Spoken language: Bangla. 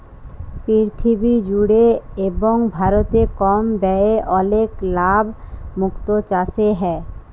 পীরথিবী জুড়ে এবং ভারতে কম ব্যয়ে অলেক লাভ মুক্ত চাসে হ্যয়ে